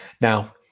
Now